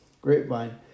Grapevine